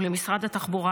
ולמשרד התחבורה,